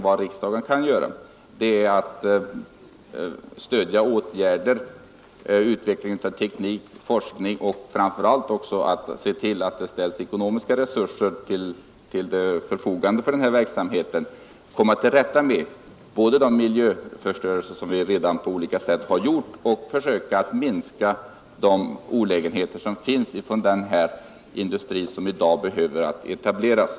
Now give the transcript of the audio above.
Vad riksdagen kan —— göra är nämligen att stödja åtgärder för utveckling av teknik och = Den fysiska riksplaforskning och framför allt också att se till att det ställs ekonomiska + neringen m.m. resurser till förfogande för denna verksamhet för att komma till rätta med både den miljöförstörelse som vi redan på olika sätt åstadkommit och försöka minska de olägenheter som följer av denna industri som i dag behöver etableras.